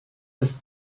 ist